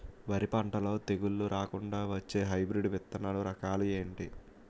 వరి పంటలో తెగుళ్లు రాకుండ వచ్చే హైబ్రిడ్ విత్తనాలు రకాలు ఏంటి?